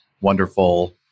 wonderful